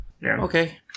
okay